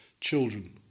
Children